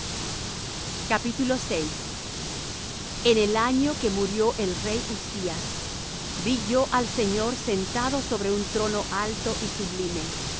la luz en el año que murió el rey uzzías vi yo al señor sentado sobre un trono alto y sublime